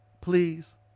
Please